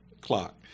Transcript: clock